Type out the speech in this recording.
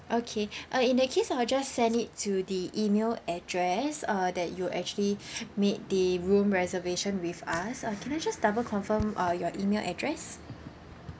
okay uh in that case I will just send it to the email address uh that you actually made the room reservation with us uh can I just double confirm uh your email address